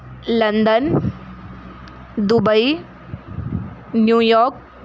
London Dubai New York